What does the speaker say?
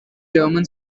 german